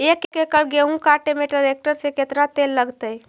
एक एकड़ गेहूं काटे में टरेकटर से केतना तेल लगतइ?